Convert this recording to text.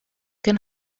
can